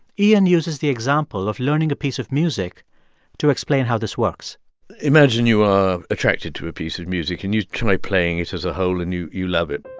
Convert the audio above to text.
iain uses the example of learning a piece of music to explain how this works imagine you are attracted to a piece of music. and you try playing it as a whole, and you you love it